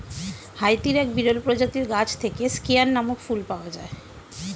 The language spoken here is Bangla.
হাইতির এক বিরল প্রজাতির গাছ থেকে স্কেয়ান নামক ফুল পাওয়া যায়